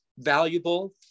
valuable